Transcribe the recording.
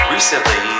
Recently